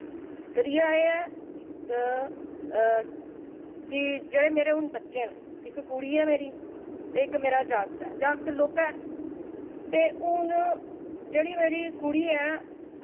त्रिया एह् ऐ कि जेह्ड़े मेरे हून बच्चे न इक कुड़ी ऐ मेरी ते इक मेरा जागत ऐ जागत लोह्का ऐ ते हून जेह्ड़ी मेरी कुड़ी ऐ